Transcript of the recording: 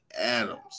Adams